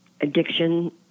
addiction